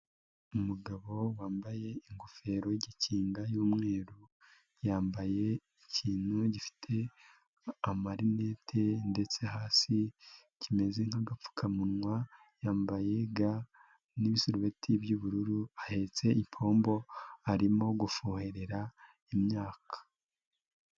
Umugabo wambaye ingofero y'igikinga y'umweru, yambaye ikintu gifite amarinete ndetse hasi kimeze nk'agapfukamunwa, yambaye ga n'ibisarubeti by'ubururu, ahetse ipombo arimo gufuherera imyaka.